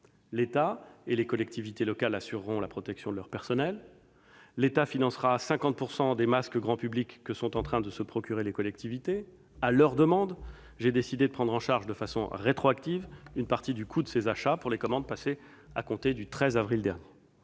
L'État et les collectivités locales assureront la protection de leur personnel. L'État financera 50 % des masques grand public que sont en train de se procurer les collectivités locales. À leur demande, j'ai décidé de prendre en charge, de façon rétroactive, une partie du coût de ces achats pour les commandes passées à compter du 13 avril dernier.